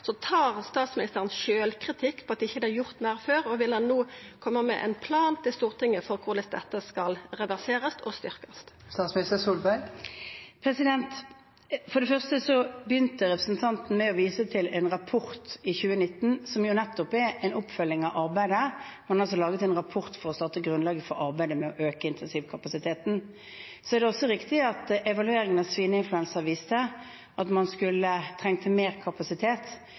Tar statsministeren sjølvkritikk på at det ikkje er gjort meir før, og vil ein no koma med ein plan til Stortinget for korleis dette skal reverserast og styrkjast? For det første begynte representanten med å vise til en rapport fra 2019 som nettopp er en oppfølging av arbeidet. Man har altså laget en rapport for å starte grunnlaget for arbeidet med å øke intensivkapasiteten. Så er det riktig at evalueringen av svineinfluensa viste at man trengte mer kapasitet,